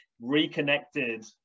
reconnected